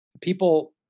people